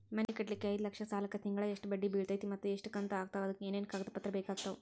ಮನಿ ಕಟ್ಟಲಿಕ್ಕೆ ಐದ ಲಕ್ಷ ಸಾಲಕ್ಕ ತಿಂಗಳಾ ಎಷ್ಟ ಬಡ್ಡಿ ಬಿಳ್ತೈತಿ ಮತ್ತ ಎಷ್ಟ ಕಂತು ಆಗ್ತಾವ್ ಅದಕ ಏನೇನು ಕಾಗದ ಪತ್ರ ಬೇಕಾಗ್ತವು?